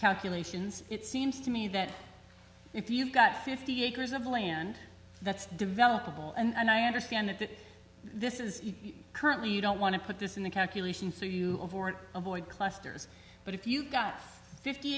calculations it seems to me that if you've got fifty acres of land that's developed a bill and i understand that this is currently you don't want to put this in the calculation so you avoid clusters but if you've got fifty